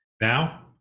Now